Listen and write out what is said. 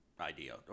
idea